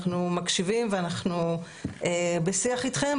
אנחנו מקשיבים ואנחנו בשיח איתכם,